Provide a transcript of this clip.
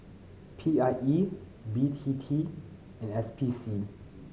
P I E B T T and S P C